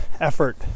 effort